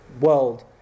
world